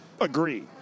agree